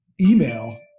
email